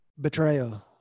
betrayal